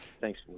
thanks